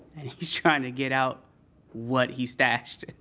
and he's trying to get out what he stashed